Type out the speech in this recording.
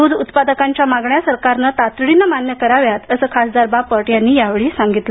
दूध उत्पादकांच्या मागण्या सरकारने तातडीने मान्य कराव्यात असं खासदार बापट यांनी यावेळी सांगितलं